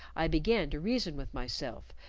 i began to reason with myself,